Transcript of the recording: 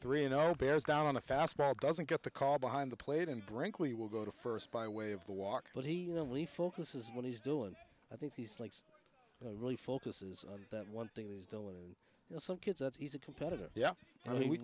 three an hour bears down on a fastball doesn't get the car behind the plate and brinkley will go to first by way of the walk but he you know refocus is what he's doing i think he's like really focuses on that one thing that is dillon and you know some kids that's he's a competitor yeah i mean we